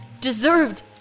Deserved